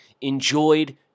enjoyed